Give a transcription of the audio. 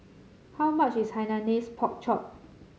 how much is Hainanese Pork Chop